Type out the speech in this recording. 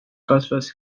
kasvas